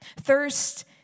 Thirst